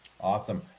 Awesome